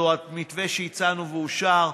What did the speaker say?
זה המתווה שאישרנו ושאושר,